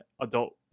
adult